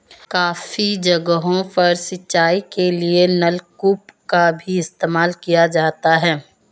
काफी जगहों पर सिंचाई के लिए नलकूप का भी इस्तेमाल किया जाता है